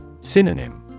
Synonym